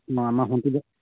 মৰাণৰ সোণটিলৈ